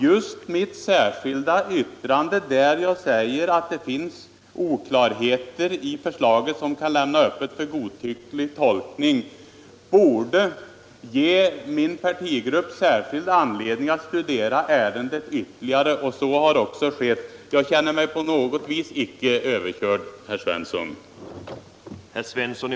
Just mitt särskilda yttrande, i vilket jag säger att det finns vissa oklarheter i förslaget som kan lämna öppet för godtycklig tolkning, borde ge min partigrupp särskild anledning att studera ärendet ytterligare, och så har också skett. Jag känner mig inte på något sätt överkörd, herr Svensson i Eskilstuna.